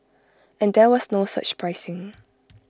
and there was no surge pricing